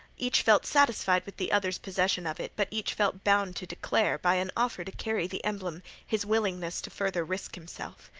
each felt satisfied with the other's possession of it, but each felt bound to declare, by an offer to carry the emblem, his willingness to further risk himself.